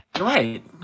Right